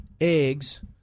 eggs